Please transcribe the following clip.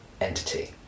entity